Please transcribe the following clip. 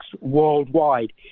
worldwide